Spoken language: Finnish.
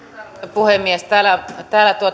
puhemies täällä